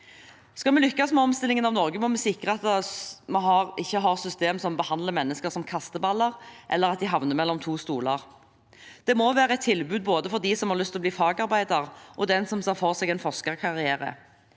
Skal vi lykkes med omstillingen av Norge, må vi sikre at vi ikke har systemer som behandler mennesker som kasteballer, eller at de havner mellom to stoler. Det må være et tilbud både for den som har lyst til å bli fagarbeider, og den som ser for seg en forskerkarriere.